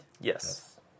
Yes